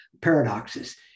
paradoxes